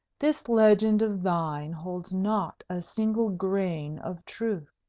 this legend of thine holds not a single grain of truth.